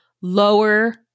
lower